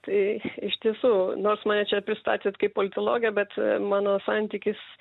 tai iš tiesų nors mane čia pristatytėt kaip politologę bet mano santykis